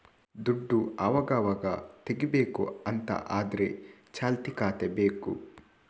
ದುಡ್ಡು ಅವಗಾವಾಗ ತೆಗೀಬೇಕು ಅಂತ ಆದ್ರೆ ಚಾಲ್ತಿ ಖಾತೆ ಬೇಕು